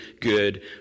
good